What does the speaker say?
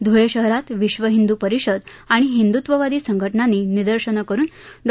ध्वळे शहरात विश्व हिंदू परिषद आणि हिंदूत्वादी संघटनांनी निदर्शनं करून डॉ